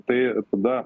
tai tada